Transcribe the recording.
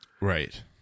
Right